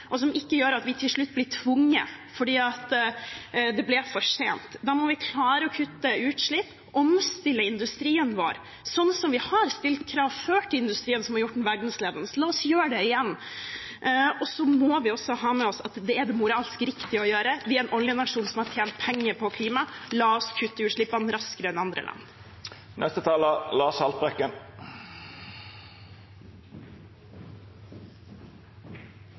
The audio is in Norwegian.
og som ikke gjør at vi til slutt blir tvunget fordi det ble for sent. Da må vi klare å kutte utslipp, omstille industrien vår, sånn som vi har stilt krav om før til industrien, og som har gjort den verdensledende. La oss gjøre det igjen. Og så må vi også ha med oss at det er det moralsk riktige å gjøre. Vi er en oljenasjon som har tjent penger på klimaet. La oss kutte utslippene raskere enn andre land.